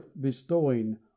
bestowing